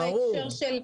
ברור.